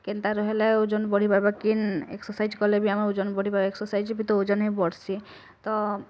କେନ୍ତା ରହେଲେ ଓଜନ୍ ବଢ଼ିବା ବା କେନ୍ ଏକ୍ସରସାଇଜ୍ କଲେ ବି ଆମ ଓଜନ୍ ବଢ଼ିବା ଏକ୍ସରସାଇଜ୍ ବି ତ ଓଜନ୍ ହିଁ ବଢ଼୍ସି ତ